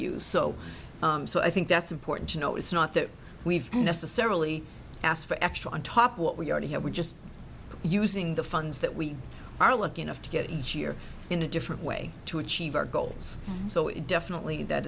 used so so i think that's important you know it's not that we've necessarily asked for extra on top of what we already have we're just using the funds that we are lucky enough to get each year in a different way to achieve our goals so it definitely that